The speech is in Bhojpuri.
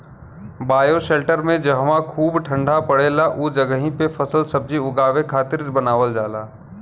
बायोशेल्टर में जहवा खूब ठण्डा पड़ेला उ जगही पे फलसब्जी उगावे खातिर बनावल जाला